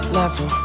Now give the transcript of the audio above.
level